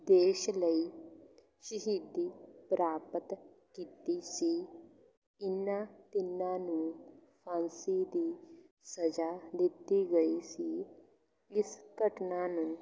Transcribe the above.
ਦੇਸ਼ ਲਈ ਸ਼ਹੀਦੀ ਪ੍ਰਾਪਤ ਕੀਤੀ ਸੀ ਇਨ੍ਹਾਂ ਤਿੰਨਾਂ ਨੂੰ ਫਾਂਸੀ ਦੀ ਸਜ਼ਾ ਦਿੱਤੀ ਗਈ ਸੀ ਇਸ ਘਟਨਾ ਨੂੰ